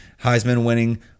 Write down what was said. Heisman-winning